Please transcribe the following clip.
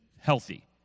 healthy